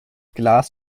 glas